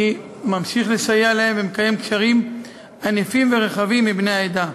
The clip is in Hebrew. אני ממשיך לסייע להם ואני מקיים קשרים ענפים ורחבים עם בני העדה.